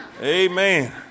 Amen